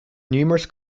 numerous